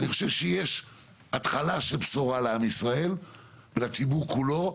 אני חושב שיש התחלה של בשורה לעם ישראל ולציבור כולו,